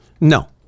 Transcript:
No